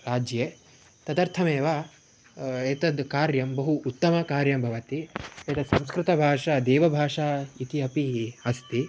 राज्ये तदर्थमेव एतद् कार्यं बहु उत्तमकार्यं भवति एतत् संस्कृतभाषा देवभाषा इति अपि अस्ति